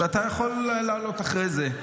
אתה יכול לעלות אחרי זה.